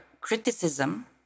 criticism